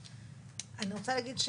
אני רוצה להגיד,